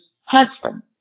husband